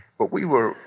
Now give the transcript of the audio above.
but we were.